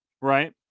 right